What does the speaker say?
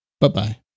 Bye-bye